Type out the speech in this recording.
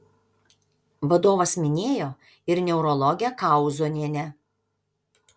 vadovas minėjo ir neurologę kauzonienę